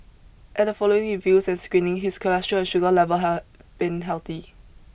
at the following reviews and screening his cholesterol and sugar level have been healthy